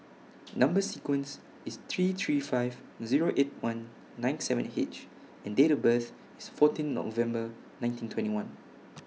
Number sequence IS three three five Zero eight one nine seven H and Date of birth IS fourteen November nineteen twenty one